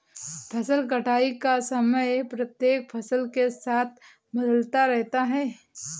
फसल कटाई का समय प्रत्येक फसल के साथ बदलता रहता है